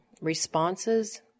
responses